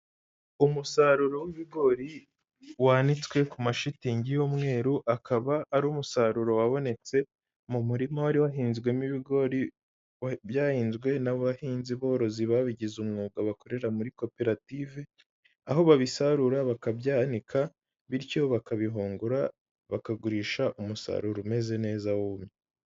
Umusaruro w'ibigori wanitswe kumashitingi y'umweru akaba ari umusaruro wabonetse mumurima wari wahinzwemo ibigori byahinzwe n'abahinzi borozi babigize umwuga bakorera muri koperative aho babisarura bakabyanika bityo bakabihungura bakagurisha umusaruro umeze neza wumye.